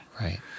Right